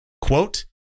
quote